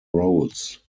roles